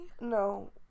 No